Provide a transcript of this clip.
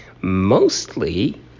mostly